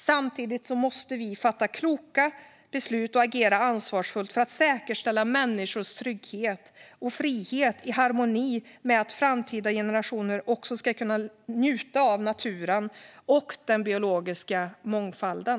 Samtidigt måste vi fatta kloka beslut och agera ansvarsfullt för att säkerställa människors trygghet och frihet i harmoni med att framtida generationer också ska kunna njuta av naturen och den biologiska mångfalden.